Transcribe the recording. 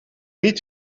niet